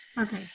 Okay